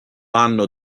anno